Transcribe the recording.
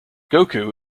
goku